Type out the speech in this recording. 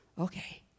okay